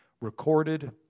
recorded